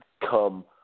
come